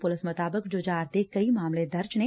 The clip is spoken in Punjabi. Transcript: ਪੁਲਿਸ ਮੁਤਾਬਿਕ ਜੁਝਾਰ ਤੇ ਕਈ ਮਾਮਲੇ ਦਰਜ ਨੇ